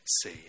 see